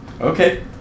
Okay